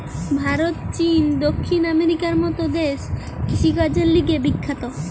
ভারত, চীন, দক্ষিণ আমেরিকার মত দেশ কৃষিকাজের লিগে বিখ্যাত